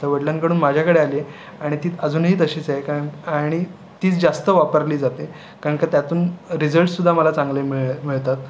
आता वडलांकडून माझ्याकडे आली आहे आणि ती अजूनही तशीच आहे कारण आणि तीच जास्त वापरली जाते कारण का त्यातून रिसल्ट्ससुद्धा मला चांगले मिळ मिळतात